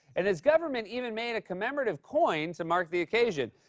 and his government even made a commemorative coin to mark the occasion.